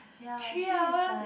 ya she is like